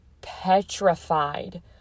petrified